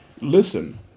listen